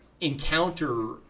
encounter